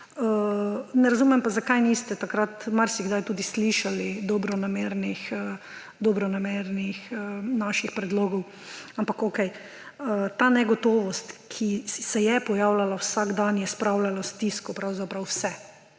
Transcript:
ne razumem pa, zakaj niste takrat marsikdaj tudi slišali dobronamernih naših predlogov. Ampak okej. Ta negotovost, ki se je pojavljala vsak dan, je spravljala v stisko pravzaprav vse: